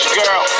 girl